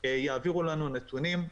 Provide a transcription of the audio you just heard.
יעבירו לנו נתונים,